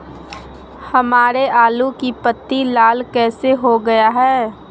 हमारे आलू की पत्ती लाल कैसे हो गया है?